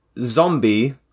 zombie